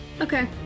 Okay